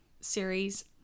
series